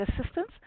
assistance